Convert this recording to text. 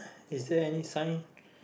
is there any sign